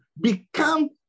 become